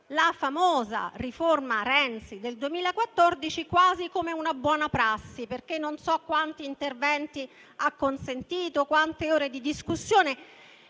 alla famosa riforma Renzi del 2014 quasi come ad una buona prassi, perché non so quanti interventi e quante ore di discussione